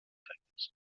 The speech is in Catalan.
muntanyes